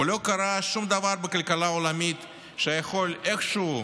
ולא קרה שום דבר בכלכלה העולמית שיכול איכשהו,